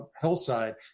hillside